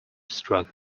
struck